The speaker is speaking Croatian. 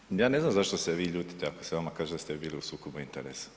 Kolega Maras, ja ne znam zašto se vi ljutite ako se vama kaže da ste bili u sukobu interesa